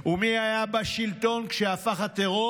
ומי היה בשלטון כשהפך הטרור